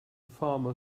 farmer